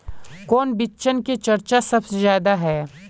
कौन बिचन के चर्चा सबसे ज्यादा है?